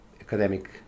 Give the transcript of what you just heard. academic